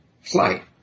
flight